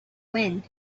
wind